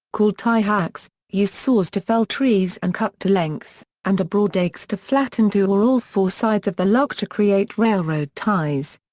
called tie hacks, used saws to fell trees and cut to length, and a broadaxe to flatten two or all four sides of the log to create railroad ties.